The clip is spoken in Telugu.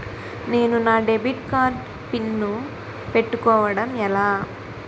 నేను నా డెబిట్ కార్డ్ పిన్ పెట్టుకోవడం ఎలా?